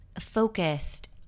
focused